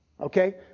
Okay